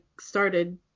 started